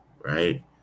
right